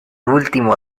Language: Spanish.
último